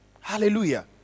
Hallelujah